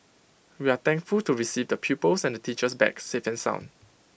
we are thankful to receive the pupils and the teachers back sound and safe